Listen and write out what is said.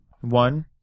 One